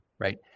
Right